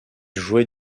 jouait